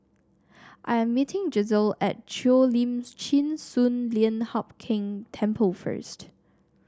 I am meeting Gisselle at Cheo Lim Chin Sun Lian Hup Keng Temple first